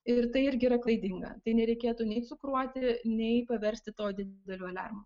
ir tai irgi yra klaidinga tai nereikėtų nei cukruoti nei paversti to dideliu aliarmu